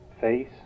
face